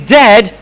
dead